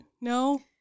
No